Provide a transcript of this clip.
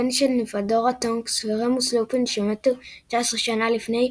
הבן של נימפדורה טונקס ורמוס לופין שמתו 19 שנה לפני,